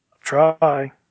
try